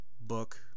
book